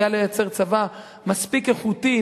יודע לייצר צבא מספיק איכותי,